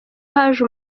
haje